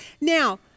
now